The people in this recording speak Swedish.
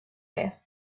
det